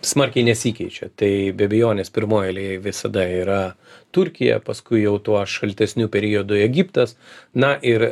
smarkiai nesikeičia tai be abejonės pirmoj eilėj visada yra turkija paskui jau tuo šaltesniu periodu egiptas na ir